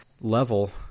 level